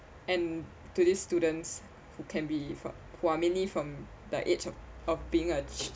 and to this students who can be from who are mainly from the age of of being a